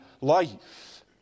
life